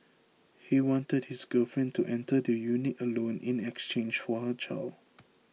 he wanted his girlfriend to enter the unit alone in exchange for her child